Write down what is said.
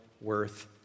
worth